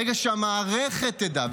ברגע שהמערכת תדע,